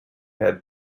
had